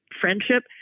friendship